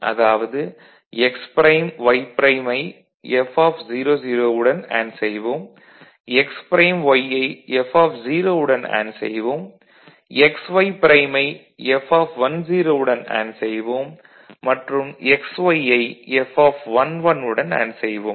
அதாவது x prime y prime ஐ F00 வுடன் அண்டு செய்வோம் x ப்ரைம் y ஐ F01 வுடன் அண்டு செய்வோம் x y ப்ரைம் ஐ F10 வுடன் அண்டு செய்வோம் மற்றும் x y ஐ F11 வுடன் அண்டு செய்வோம்